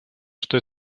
что